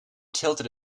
tilted